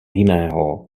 jiného